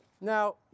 Now